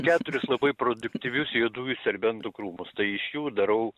keturis labai produktyvius juodųjų serbentų krūmus tai iš jų darau